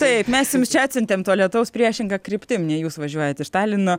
taip mes jums čia atsiuntėm to lietaus priešinga kryptim nei jūs važiuojat iš talino